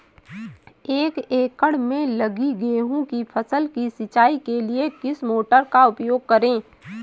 एक एकड़ में लगी गेहूँ की फसल की सिंचाई के लिए किस मोटर का उपयोग करें?